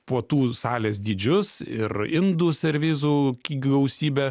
puotų salės dydžius ir indų servizų gausybę